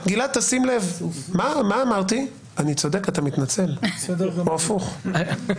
שאני הייתי היועץ המשפטי של הוועדה,